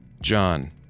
John